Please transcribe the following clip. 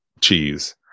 cheese